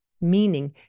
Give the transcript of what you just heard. meaning